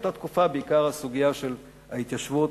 באותה תקופה בעיקר הסוגיה של ההתיישבות,